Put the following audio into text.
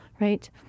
right